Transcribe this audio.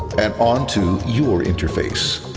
and onto your interface,